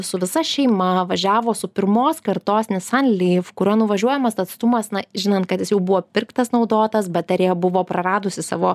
su visa šeima važiavo su pirmos kartos nissan ly kurio nuvažiuojamas atstumas na žinant kad jis jau buvo pirktas naudotas baterija buvo praradusi savo